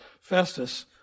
Festus